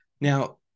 Now